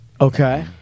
Okay